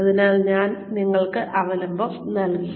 അതിനാൽ ഞാൻ നിങ്ങൾക്ക് അവലംബം നൽകി